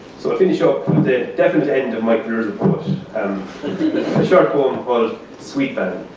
so i'll finish up with a definite end of my career as a poet. um a short poem called sweet van,